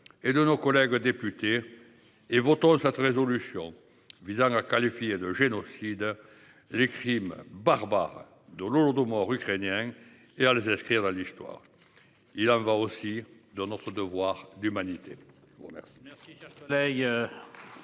et de nos collègues députés. Et votant cette résolution visant à qualifier de génocide. Les crimes barbares de l'Holodomor ukrainiens et à les inscrire dans l'histoire. Il en va aussi de notre devoir d'humanité.